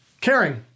Caring